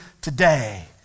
today